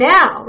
Now